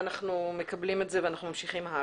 ואנחנו מקבלים את זה ואנחנו ממשיכים הלאה.